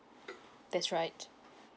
that's right